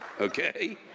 okay